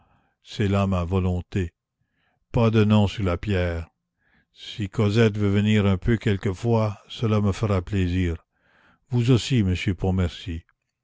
c'est là ma volonté pas de nom sur la pierre si cosette veut venir un peu quelquefois cela me fera plaisir vous aussi monsieur